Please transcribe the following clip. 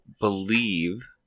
believe